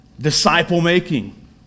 Disciple-making